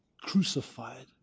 crucified